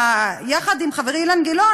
יחד עם חברי אילן גילאון,